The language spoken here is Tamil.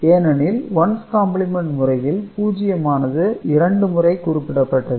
ஏனெனில் ஒன்ஸ் காம்ப்லிமென்ட் முறையில் 0 ஆனது 2 முறை குறிப்பிடப்பட்டது